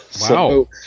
Wow